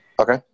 Okay